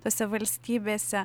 tose valstybėse